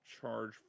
charge